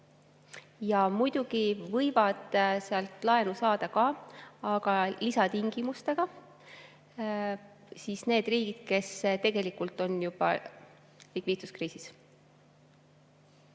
Ja muidugi võivad sealt laenu saada ka – aga lisatingimustega – need riigid, kes tegelikult on juba likviidsuskriisis.